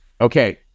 Okay